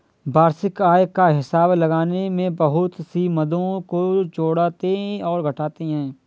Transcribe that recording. वार्षिक आय का हिसाब लगाने में बहुत सी मदों को जोड़ते और घटाते है